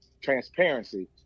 transparency